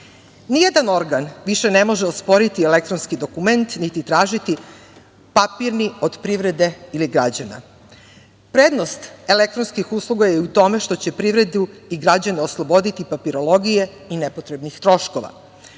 Ni jedan organ više ne može osporiti elektronski dokument, niti tražiti papirni od privrede, ili građana. Prednost elektronskih usluga je u tome što će privredu i građane osloboditi papirologije i nepotrebnih troškova.